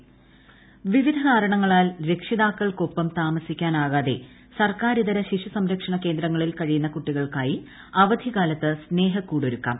പോറ്റിവളർത്തൽ പദ്ധതി ഇൻട്രോ വിവിധ കാരണങ്ങളാൽ രക്ഷിതാക്കൾക്കൊപ്പം താമസിക്കാനാവാതെ സർക്കാരിതര ശിശുസംരക്ഷണ കേന്ദ്രങ്ങളിൽ കഴിയുന്ന കുട്ടികൾക്കായി അവധിക്കാലത്ത് സ്നേഹക്കൂടൊരുക്കാം